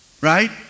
right